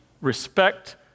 respect